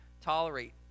Tolerate